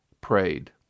prayed